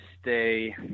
stay